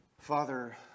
Father